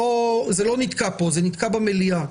זה לא נתקע פה, זה נתקע במליאה,